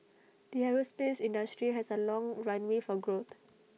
the aerospace industry has A long runway for growth